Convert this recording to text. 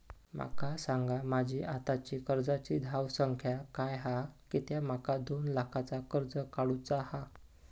माका सांगा माझी आत्ताची कर्जाची धावसंख्या काय हा कित्या माका दोन लाखाचा कर्ज काढू चा हा?